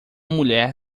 mulher